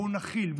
בואו נכיל,